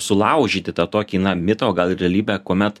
sulaužyti tą tokį na mitą o gal ir realybę kuomet